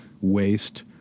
waste